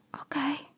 Okay